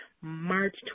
March